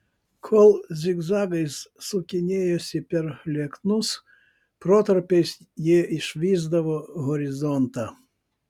kol zigzagais sukinėjosi per lieknus protarpiais jie išvysdavo horizontą